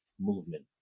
movement